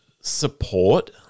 support